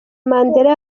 mandela